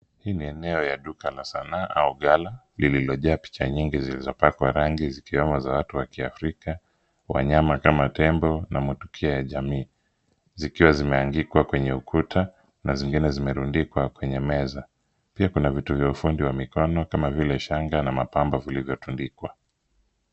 Hii ni eneo ya duka la sanaa au gala, lililojaa picha nyingi zilizopakwa rangi zikiwemo za watu wa kiafrika, wanyama kama tembo na matukio ya jamii, zikiwa zimeangikwa kwenye ukuta na zingine zimerundikwa kwenye meza. Pia kuna vitu vya ufundi wa mikono kama vile shanga na mapambo vilivyotundikwa.